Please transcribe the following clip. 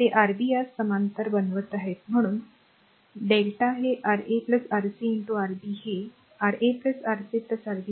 ते Rb यास समांतर बनवत आहेत म्हणजे 2 lrmΔ हे Ra Rc Rb हे Ra Rc Rb